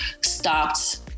stopped